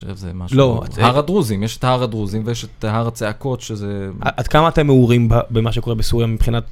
לא, הר הדרוזים, יש את ההר הדרוזים ויש את הר הצעקות שזה... עד כמה אתם מעורים במה שקורה בסוריה מבחינת...